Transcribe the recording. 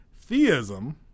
Theism